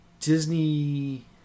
Disney